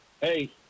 Hey